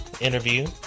interview